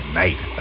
night